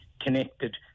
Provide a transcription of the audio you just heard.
connected